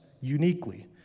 uniquely